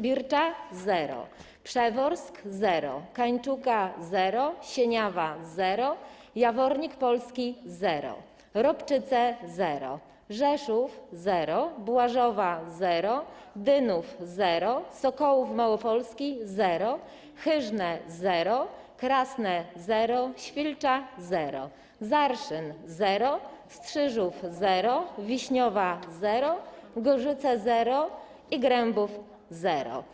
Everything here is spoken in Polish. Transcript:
Bircza - zero, Przeworsk - zero, Kańczuga - zero, Sieniawa - zero, Jawornik Polski - zero, Ropczyce - zero, Rzeszów - zero, Błażowa - zero, Dynów - zero, Sokołów Małopolski - zero, Hyżne - zero, Krasne - zero, Świlcza - zero, Zarszyn - zero, Strzyżów - zero, Wiśniowa - zero, Gorzyce - zero i Grębów - zero.